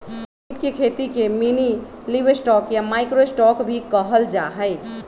कीट के खेती के मिनीलिवस्टॉक या माइक्रो स्टॉक भी कहल जाहई